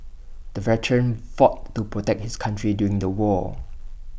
the veteran fought to protect his country during the war